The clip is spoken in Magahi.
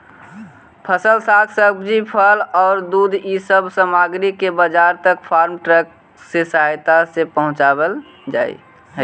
फसल, साग सब्जी, फल औउर दूध इ सब सामग्रि के बाजार तक फार्म ट्रक के सहायता से पचावल हई